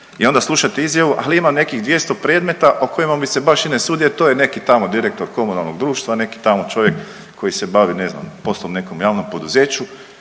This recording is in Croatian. I onda slušati izjavu ali ima nekih 200 predmeta o kojima mi se baš i ne sudu jer to je neki tamo direktor komunalnog društva, neki tamo čovjek koji se bavi ne znam poslom u nekom javnom poduzeću